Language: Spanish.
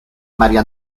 maría